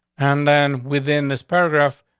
and then within this paragraph,